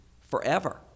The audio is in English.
forever